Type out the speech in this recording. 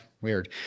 Weird